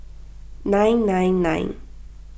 nine nine nine